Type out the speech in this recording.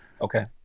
Okay